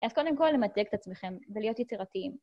אז קודם כל למתג את עצמכם ולהיות יצירתיים.